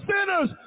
sinners